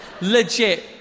legit